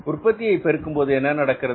உற்பத்தியை பெருக்கும்போது என்ன நடக்கிறது